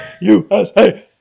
USA